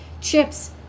chips